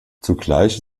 zugleich